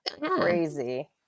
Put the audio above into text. Crazy